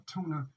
Tuna